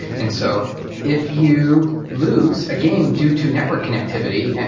and so if you lose a game due to network connectivity,